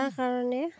তাৰকাৰণে